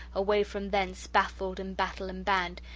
away from thence, baffled in battle and banned,